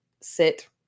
sit